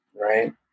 right